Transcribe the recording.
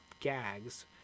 gags